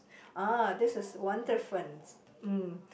ah this is one difference mm